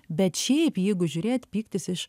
bet šiaip jeigu žiūrėt pyktis iš